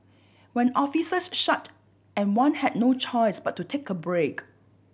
when offices shut and one had no choice but to take a break